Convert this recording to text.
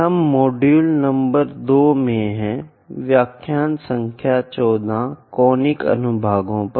हम module number 2 में हैं व्याख्यान संख्या 14 कॉनिक अनुभागों पर